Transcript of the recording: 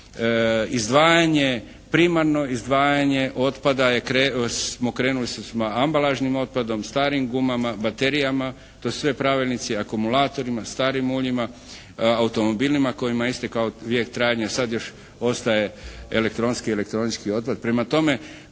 Izdvajanje, primarno izdvajanje otpada je krenulo, smo krenuli sa ambalažnim otpadom, starim gumama, baterijama, to su sve pravilnicima, akumulatorima, starim uljima, automobilima kojima je istekao vijek trajanja. Sad još ostaje elektronski, elektronički otpad.